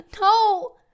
No